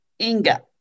Inga